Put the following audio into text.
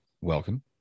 welcome